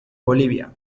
bolivia